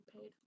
paid